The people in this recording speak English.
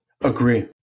Agree